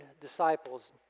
disciples